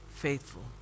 faithful